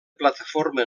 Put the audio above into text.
plataforma